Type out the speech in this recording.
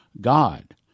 God